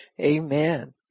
Amen